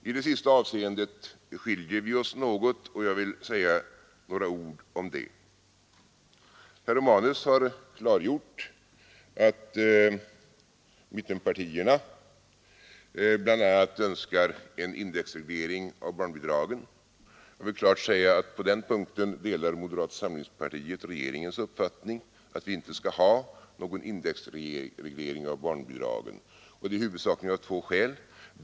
I det sista avseendet skiljer vi oss något, och jag vill säga några ord om det. Herr Romanus har klargjort att mittenpartierna bl.a. önskar en indexreglering av barnbidragen. Jag vill klart säga att på den punkten delar moderata samlingspartiet regeringens uppfattning att vi inte skall ha någon indexreglering av barnbidragen, huvudsakligen av två skäl.